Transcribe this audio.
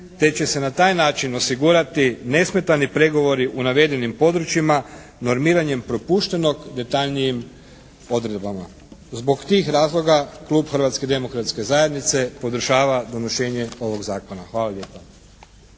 te će se na taj način osigurati nesmetani pregovori u navedenim područjima normiranjem propuštenog detaljnijim odredbama. Zbog tih razloga klub Hrvatske demokratske zajednice podržava donošenje ovog zakona. Hvala lijepa.